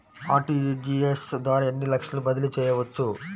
RTGS ద్వారా ఎన్ని లక్షలు బదిలీ చేయవచ్చు?